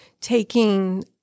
taking